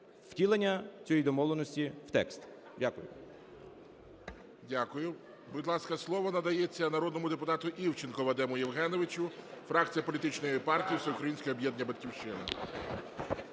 втілення цієї домовленості в текст. Дякую. ГОЛОВУЮЧИЙ. Дякую. Будь ласка, слово надається народному депутату Івченку Вадиму Євгеновичу, фракція політичної партії "Всеукраїнське об'єднання ""Батьківщина".